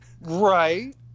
Right